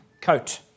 coat